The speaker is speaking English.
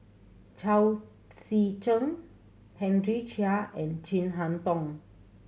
Chao Tzee Cheng Henry Chia and Chin Harn Tong